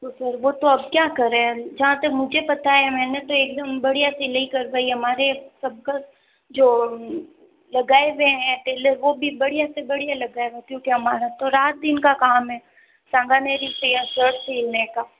तो सर वो तो अब क्या करें जहाँ तक मुझे पता है मैंने तो एक दम बढ़िया सिलाई करवाई है हमारे सब का जो लगाएं हुए हैं टेलर वो भी बढ़िया से बढ़िया लगाए हैं क्योंकि हमारा तो रात दिन का काम है शर्ट सीने का